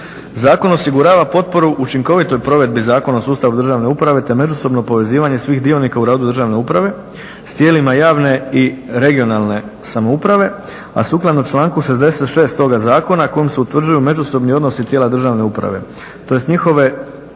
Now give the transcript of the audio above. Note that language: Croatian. Zakon osigurava potporu učinkovitoj potpori Zakona o sustavu državne uprave te međusobno povezivanje svih dionika u radu državne uprave s tijelima javne i regionalne samouprave, a sukladno članku 66. toga zakona kojim se utvrđuju međusobni odnosi tijela državne uprave, tj. obveze